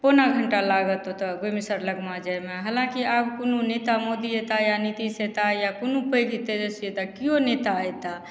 पौना घण्टा लागत ओतऽ भूमिसर लगमे जाइमे हालाँकि आब कोनो नेता मोदी अएताह या नीतीश अएताह या कोनो पैघ अएताह से अएताह किओ नेता अएताह